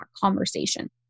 conversation